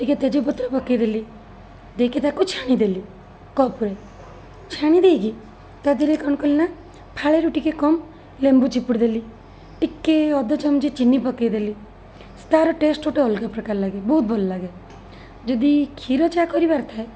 ଟିକିଏ ତେଜପତ୍ର ପକାଇଦେଲି ଦେଇକି ତାକୁ ଛାଣିଦେଲି କପ୍ରେ ଛାଣି ଦେଇକି ତା'ଦେହରେ କ'ଣ କଲି ନା ଫାଳେରୁ ଟିକିଏ କମ୍ ଲେମ୍ବୁ ଚିପୁଡ଼ି ଦେଲି ଟିକିଏ ଅଧ ଚାମଚିଏ ଚିନି ପକାଇଦେଲି ତା'ର ଟେଷ୍ଟ ଗୋଟେ ଅଲଗା ପ୍ରକାର ଲାଗେ ବହୁତ ଭଲ ଲାଗେ ଯଦି କ୍ଷୀର ଚା' କରିବାର ଥାଏ